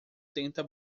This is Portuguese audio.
tenta